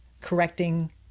correcting